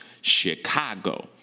Chicago